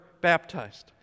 baptized